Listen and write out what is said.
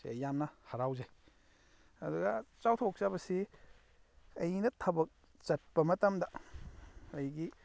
ꯁꯤ ꯑꯩ ꯌꯥꯝꯅ ꯍꯥꯔꯥꯎꯖꯩ ꯑꯗꯨꯒ ꯆꯥꯎꯊꯣꯛꯆꯕꯁꯤ ꯑꯩꯅ ꯊꯕꯛ ꯆꯠꯄ ꯃꯇꯝꯗ ꯑꯩꯒꯤ